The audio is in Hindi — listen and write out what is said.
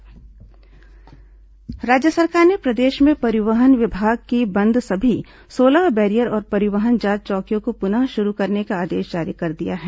आरटीओ जांच चौकी राज्य सरकार ने प्रदेश में परिवहन विभाग की बंद सभी सोलह बैरियर और परिवहन जांच चौकियों को पुनः शुरू करने का आदेश जारी कर दिया है